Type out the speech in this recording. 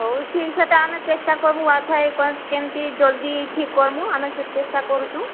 ହେଉ ଠିକ ସେଟା ଆମେ ଚେଷ୍ଟା କରିମୁ ୱାଇ ଫାଇ କେମିତି ଜଲ୍ଦି ଠିକ କରିମୁ ଆମେ ସେ ଚେଷ୍ଟା କରୁଛୁ